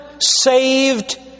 saved